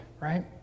right